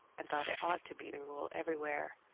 and thought it ought to be the rule everywhere.